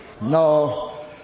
No